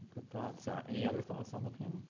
good thoughts. ah any other thoughts on the panel?